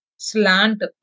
Slant